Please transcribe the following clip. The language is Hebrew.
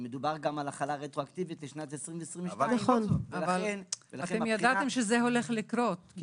מדובר גם על החלה רטרואקטיבית לשנת 2022. אתם ידעתם שזה הולך לקרות.